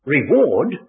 Reward